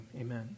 amen